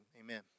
amen